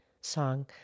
song